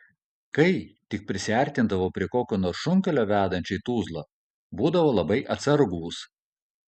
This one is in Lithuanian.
kai tik prisiartindavo prie kokio nors šunkelio vedančio į tuzlą būdavo labai atsargūs